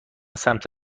سمت